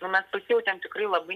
tuomet pasijautėm tikrai labai